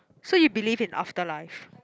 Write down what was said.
so you believe in after life